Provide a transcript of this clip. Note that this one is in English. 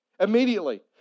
Immediately